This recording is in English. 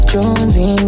Jonesy